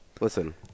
Listen